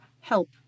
help